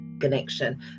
connection